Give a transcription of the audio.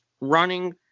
running